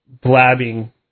blabbing